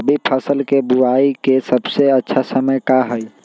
रबी फसल के बुआई के सबसे अच्छा समय का हई?